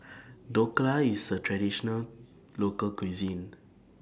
Dhokla IS A Traditional Local Cuisine